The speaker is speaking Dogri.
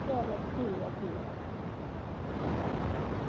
चलो ठीक ऐ ठीक ऐ